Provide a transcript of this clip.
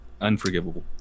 unforgivable